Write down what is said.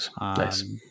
Nice